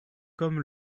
comme